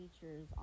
features